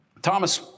Thomas